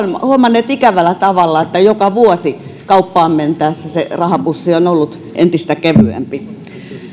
huomanneet ikävällä tavalla että joka vuosi kauppaan mentäessä se rahapussi on ollut entistä kevyempi